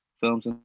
films